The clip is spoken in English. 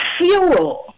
fuel